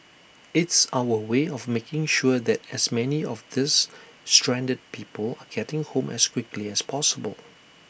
it's our way of making sure that as many of these stranded people are getting home as quickly as possible